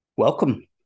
Welcome